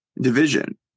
division